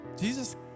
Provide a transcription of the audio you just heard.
Jesus